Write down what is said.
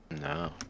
No